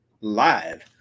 live